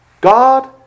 God